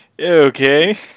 Okay